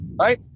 right